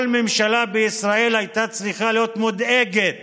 כל ממשלה בישראל הייתה צריכה להיות מודאגת